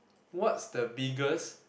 what's the biggest